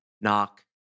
knock